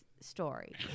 story